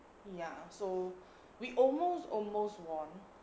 ya so we almost almost won